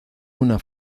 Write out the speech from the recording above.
una